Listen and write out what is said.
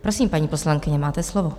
Prosím, paní poslankyně, máte slovo.